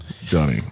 Johnny